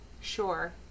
Sure